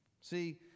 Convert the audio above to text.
See